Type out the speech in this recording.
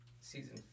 season